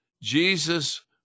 Jesus